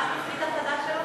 מה התפקיד החדש שלו?